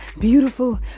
beautiful